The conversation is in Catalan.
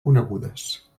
conegudes